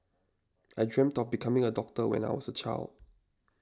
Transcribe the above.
I dreamt of becoming a doctor when I was a child